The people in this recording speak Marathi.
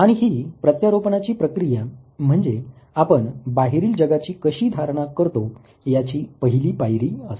आणि हि प्रत्यारोपणाची प्रक्रिया म्हणजे आपण बाहेरील जगाची कशी धारणा करतो याची पहिली पायरी असते